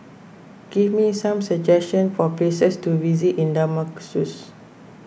give me some suggestions for places to visit in Damascus